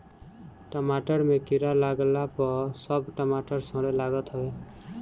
टमाटर में कीड़ा लागला पअ सब टमाटर सड़े लागत हवे